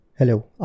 Hello